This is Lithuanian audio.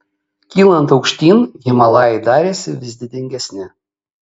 kylant aukštyn himalajai darėsi vis didingesni